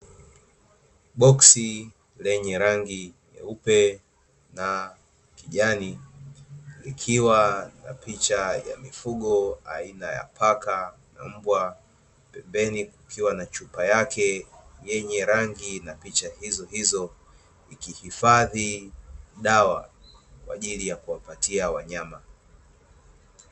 Boksi lenye rangi nyeupe na kijani, likiwa na picha ya mifugo aina ya paka na mbwa, pembeni kukiwa na chupa yake yenye rangi na picha hizohizo, ikihifadhi dawa kwa ajili ya kuwapatia wanyama.